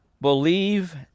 believe